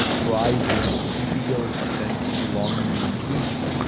thrive here, feel a sense of belonging and inclusion.